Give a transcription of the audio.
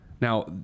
Now